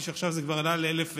והבנתי שעכשיו זה כבר עלה ל-1,200,